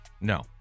No